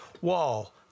wall